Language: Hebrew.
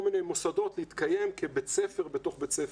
מיני מוסדות להתקיים כבית ספר בתוך בית ספר.